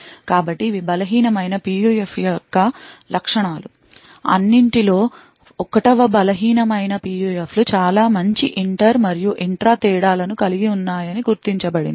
కాబట్టి ఇవి బలహీనమైన PUF ల యొక్క లక్షణాలు అన్నిటిలో 1వ బలహీనమైన PUF లు చాలా మంచి ఇంటర్ మరియు ఇంట్రా తేడాలను కలిగి ఉన్నాయని గుర్తించబడింది